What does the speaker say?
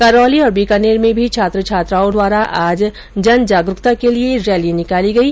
करौली और बीकानेर में भी छात्र छात्राओं द्वारा आज जनजागरूकता के लिये रैली निकाली गई